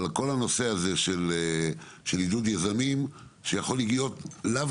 אבל כל הנושא של עידוד יזמים יכול להיות לאו